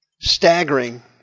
staggering